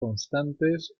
constantes